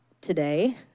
today